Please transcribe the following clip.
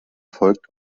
folgt